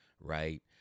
right